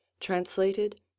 Translated